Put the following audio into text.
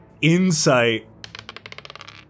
insight